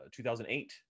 2008